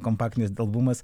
kompaktinis albumas